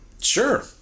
Sure